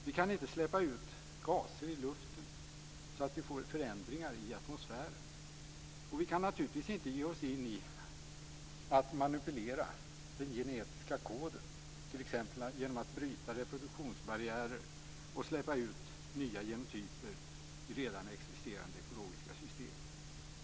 Vi kan inte släppa ut gaser i luften så att vi får förändringar i atmosfären. Och vi kan naturligtvis inte ge oss in i att manipulera den genetiska koden, t.ex. genom att bryta reproduktionsbarriärer och släppa ut nya genotyper i redan existerande ekologiska system.